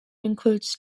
includes